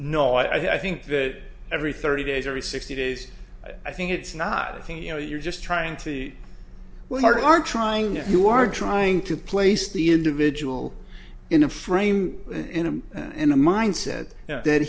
no i think that every thirty days every sixty days i think it's not a thing you know you're just trying to work hard are trying if you are trying to place the individual in a frame in a in a mindset that